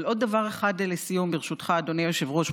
אבל עוד דבר אחד לסיום, ברשותך, אדוני היושב-ראש.